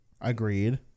Agreed